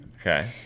Okay